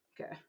Okay